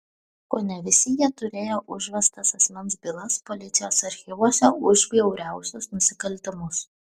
kone visi jie turėjo užvestas asmens bylas policijos archyvuose už bjauriausius nusikaltimus